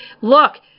look